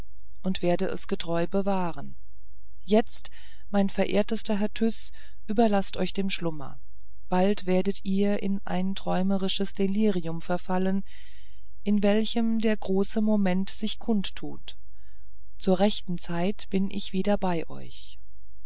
und werde es getreu bewahren jetzt mein verehrtester herr tyß überlaßt euch dem schlummer bald werdet ihr in ein träumerisches delirium verfallen in welchem der große moment sich kundtut zu rechter zeit bin ich wieder bei euch